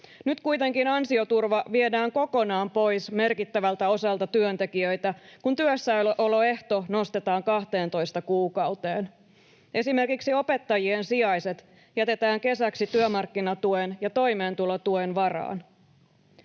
Nyt kuitenkin ansioturva viedään kokonaan pois merkittävältä osalta työntekijöitä, kun työssäoloehto nostetaan 12 kuukauteen. Esimerkiksi opettajien sijaiset jätetään kesäksi työmarkkinatuen ja toimeentulotuen varaan.